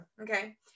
okay